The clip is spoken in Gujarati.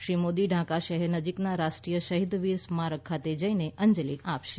શ્રી મોદી ઢાકા શહેર નજીકના રાષ્ટ્રીય શહિદવીર સ્મારક ખાતે જઈને અંજલી આપશે